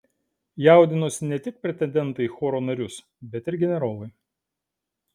jaudinosi ne tik pretendentai į choro narius bet ir generolai